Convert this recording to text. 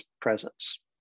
presence